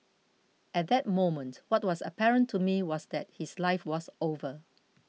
at that moment what was apparent to me was that his life was over